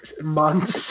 months